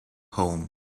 home